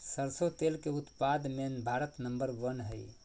सरसों तेल के उत्पाद मे भारत नंबर वन हइ